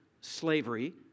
slavery